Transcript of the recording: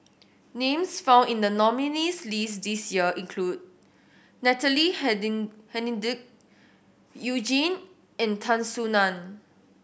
names found in the nominees' list this year include Natalie Hennedige You Jin and Tan Soo Nan